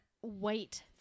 White